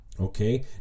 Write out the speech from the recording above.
Okay